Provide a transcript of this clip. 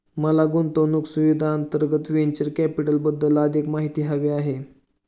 मला गुंतवणूक सुविधांअंतर्गत व्हेंचर कॅपिटलबद्दल अधिक माहिती हवी आहे